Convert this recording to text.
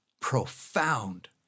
profound